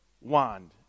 wand